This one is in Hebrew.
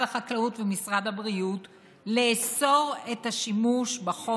החקלאות ומשרד הבריאות לאסור לחלוטין